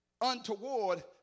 untoward